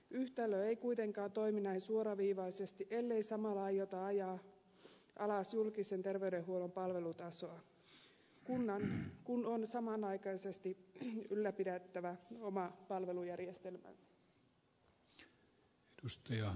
yhtälö ei kuitenkaan toimi näin suoraviivaisesti ellei samalla aiota ajaa alas julkisen terveydenhuollon palvelutasoa kunnan kun on samanaikaisesti ylläpidettävä oma palvelujärjestelmänsä